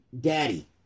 daddy